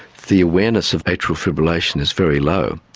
the awareness of atrial fibrillation is very low.